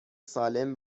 سالم